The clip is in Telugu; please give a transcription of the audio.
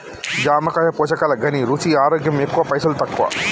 జామకాయ పోషకాల ఘనీ, రుచి, ఆరోగ్యం ఎక్కువ పైసల్ తక్కువ